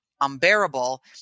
unbearable